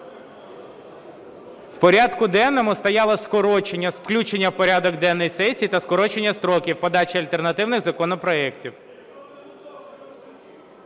В порядку денному стояло скорочення, включення в порядок денний сесії та скорочення строків подачі альтернативних законопроектів.